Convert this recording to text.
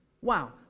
Wow